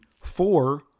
four